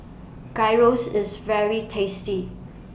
Gyros IS very tasty